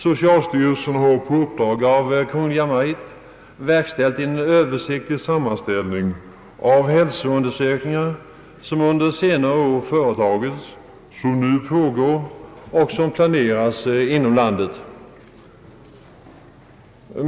Socialstyrelsen har på uppdrag av Kungl. Maj:t verkställt en översiktlig sammanställning av hälsoundersökningar, som under senare år företagits, nu pågår eller planeras inom Jandet.